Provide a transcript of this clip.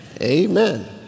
Amen